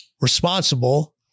responsible